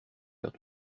heure